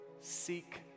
Seek